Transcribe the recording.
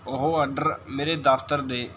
ਉਹ ਆਡਰ ਮੇਰੇ ਦਫਤਰ ਦੇ